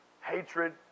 hatred